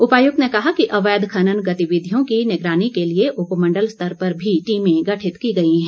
उपायुक्त ने कहा कि अवैध खनन गतिविधियों की निगरानी के लिए उपमण्डल स्तर पर मी टीमें गठित की गई हैं